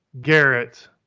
Garrett